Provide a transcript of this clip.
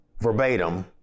verbatim